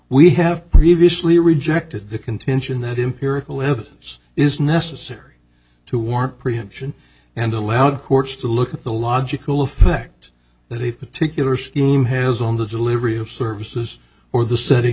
we have previously rejected the contention that empirical evidence is necessary to warrant preemption and allowed courts to look at the logical effect that a particular scheme has on the delivery of services or the setting